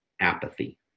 apathy